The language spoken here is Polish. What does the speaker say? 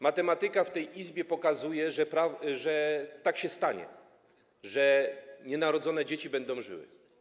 Matematyka w tej Izbie pokazuje, że tak się stanie, że nienarodzone dzieci będą żyły.